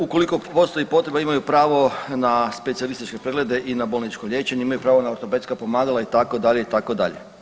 Ukoliko postoji potreba imaju pravo na specijalističke preglede i na bolničko liječenje, imaju pravo na ortopedska pomagala itd., itd.